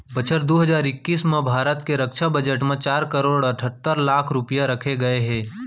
बछर दू हजार इक्कीस म भारत के रक्छा बजट म चार करोड़ अठत्तर लाख रूपया रखे गए हे